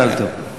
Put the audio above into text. מזל טוב אורלי.